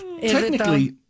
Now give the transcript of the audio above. Technically